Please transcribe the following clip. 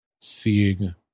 seeing